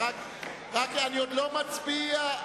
אני עוד לא מצביע.